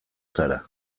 zara